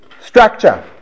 Structure